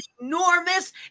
enormous